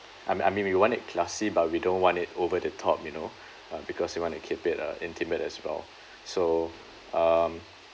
I mean I mean we want it classy but we don't want it over the top you know uh because we want to keep it uh intimate as well so um